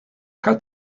cas